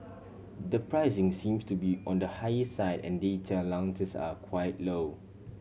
the pricing seems to be on the higher side and data allowances are quite low